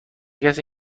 کسی